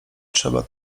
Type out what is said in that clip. trzeba